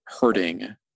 hurting